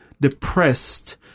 depressed